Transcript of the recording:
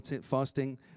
fasting